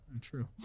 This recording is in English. True